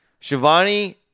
Shivani